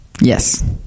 Yes